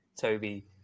Toby